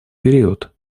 период